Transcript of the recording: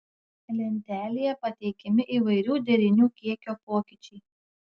lentelėje pateikiami įvairių derinių kiekio pokyčiai